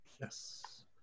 yes